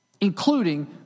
including